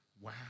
wow